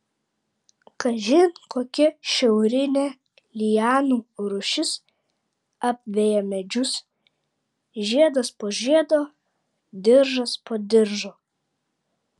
kažin kokia šiaurinė lianų rūšis apveja medžius žiedas po žiedo diržas po diržo